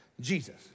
Jesus